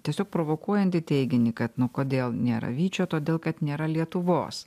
tiesiog provokuojantį teiginį kad nu kodėl nėra vyčio todėl kad nėra lietuvos